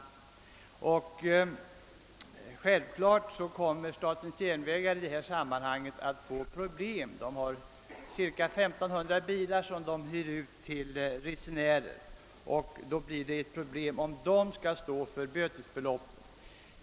I detta sammanhang kommer självfallet statens järnvägar att få problem. De har cirka 1500 bilar som hyrs ut till resenärer, och det kan bli problem om de skall stå för bötesbeloppet.